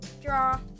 draw